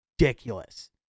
ridiculous